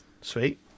sweet